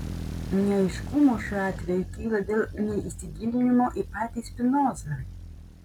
neaiškumų šiuo atveju kyla dėl neįsigilinimo į patį spinozą